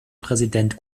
präsident